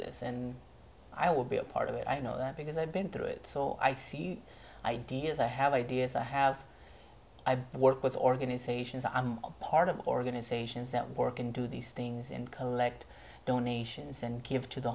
this and i will be a part of it i know that because i've been through it so i see ideas i have ideas i have i've worked with organizations i'm part of organizations that work and do these things in collect donations and give to the